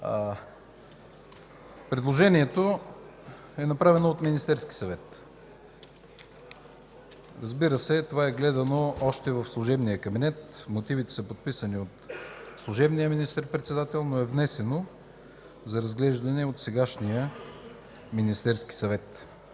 Предложението е направено от Министерския съвет. То е гледано още в служебния кабинет, мотивите са подписани от служебния министър-председател, но е внесено за разглеждане от сегашния Министерски съвет.